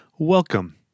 Welcome